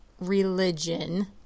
religion